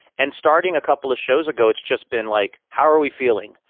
and starting a couple of shows ago, it's just been like, how are we feeling?